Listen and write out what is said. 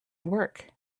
work